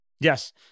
Yes